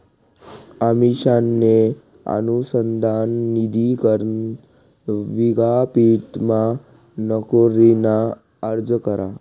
अमिषाने अनुसंधान निधी करण विद्यापीठमा नोकरीना अर्ज करा